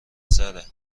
سره